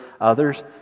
others